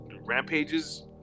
Rampages